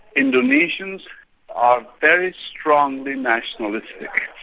indonesians are very strongly nationalistic.